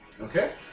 Okay